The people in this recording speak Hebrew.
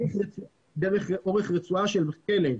דרך אורך רצועה של הכלב,